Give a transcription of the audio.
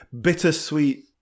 bittersweet